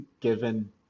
given